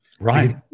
Right